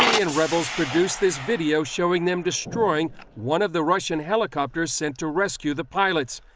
and rebels produced this video, showing them destroying one of the russian helicopters sent to rescue the pilots.